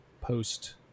post